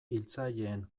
hiltzaileen